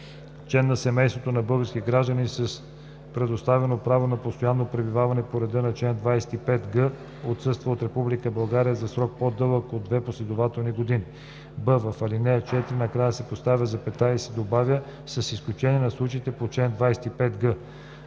член на семейството на български гражданин с предоставено право на постоянно пребиваване по реда на чл. 25г отсъства от Република България за срок по-дълъг от две последователни години.“; б) в ал. 4 накрая се поставя запетая и се добавя „с изключение на случаите по чл. 25г“.